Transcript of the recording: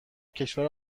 کشور